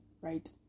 right